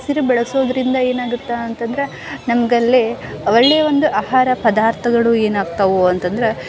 ಹಸಿರು ಬೆಳೆಸೋದರಿಂದ ಏನಾಗುತ್ತೆ ಅಂತಂದ್ರೆ ನಮಗಲ್ಲಿ ಒಳ್ಳೆಯ ಒಂದು ಆಹಾರ ಪದಾರ್ಥಗಳು ಏನಾಗ್ತವೆ ಅಂತಂದ್ರೆ